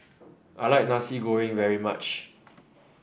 I like Nasi Goreng very much